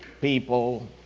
people